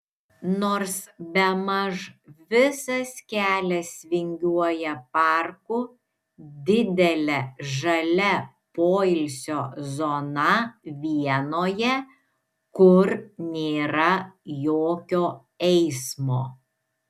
nors bemaž visas kelias vingiuoja parku didele žalia poilsio zona vienoje kur nėra jokio eismo